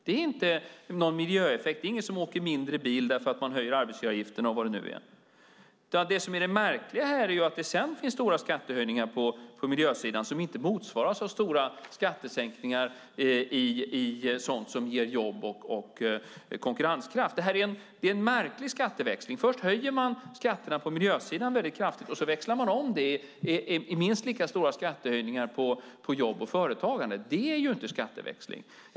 De ger inte någon miljöeffekt. Ingen åker mindre bil därför att man höjer arbetsgivaravgifterna och vad det nu är. Det som är det märkliga här är att det sedan finns stora skattehöjningar på miljösidan som inte motsvaras av stora skattesänkningar på sådant som ger jobb och konkurrenskraft. Det är en märklig skatteväxling. Först höjer man skatterna på miljösidan väldigt kraftigt, och så växlar man om det i minst lika stora skattehöjningar på jobb och företagande. Det är ju inte skatteväxling.